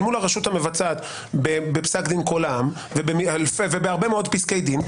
אל מול הרשות המבצעת עוגן בפסק דין קול העם ובהרבה מאוד פסקי דין.